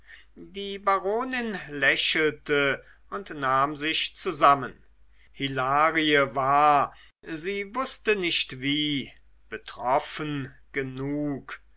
die baronin lächelte und nahm sich zusammen hilarie war sie wußte nicht wie betroffen genug